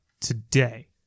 today